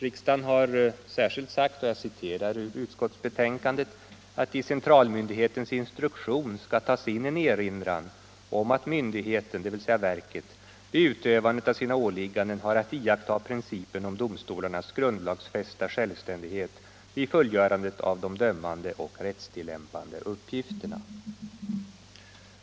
Jag citerar ur utskottsbetänkandet vad riksdagen har sagt, nämligen att ”det i centralmyndighetens instruktion skall tas in en erinran om att myndigheten vid utövandet av sina åligganden har att iaktta principen om domstolarnas grundlagsfästa självständighet vid fullgörandet av de dömande och rättstillämpande uppgifterna”.